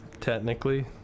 Technically